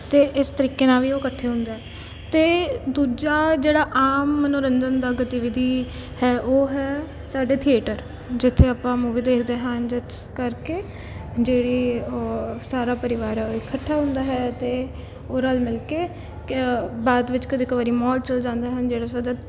ਅਤੇ ਇਸ ਤਰੀਕੇ ਨਾਲ ਵੀ ਉਹ ਇਕੱਠੇ ਹੁੰਦੇ ਹਨ ਅਤੇ ਦੂਜਾ ਜਿਹੜਾ ਆਮ ਮਨੋਰੰਜਨ ਦਾ ਗਤੀਵਿਧੀ ਹੈ ਉਹ ਹੈ ਸਾਡੇ ਥੀਏਟਰ ਜਿੱਥੇ ਆਪਾਂ ਮੂਵੀ ਦੇਖਦੇ ਹਨ ਜਿਸ ਕਰਕੇ ਜਿਹੜੇ ਸਾਰਾ ਪਰਿਵਾਰ ਇਕੱਠਾ ਹੁੰਦਾ ਹੈ ਅਤੇ ਉਹ ਰਲ ਮਿਲ ਕੇ ਬਾਅਦ ਵਿੱਚ ਕਦੇ ਕ ਵਾਰੀ ਮੌਲ ਚਲੇ ਜਾਂਦੇ ਹਨ ਜਿਹੜੇ ਸਾਡੇ